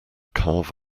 carve